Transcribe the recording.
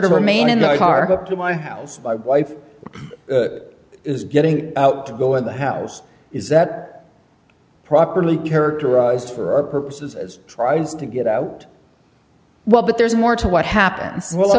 to remain in the car up to my house my wife is getting out to go in the house is that properly characterized for our purposes as tries to get out well but there's more to what happened w